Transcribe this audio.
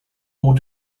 bow